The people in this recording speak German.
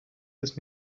ist